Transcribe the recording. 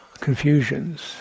confusions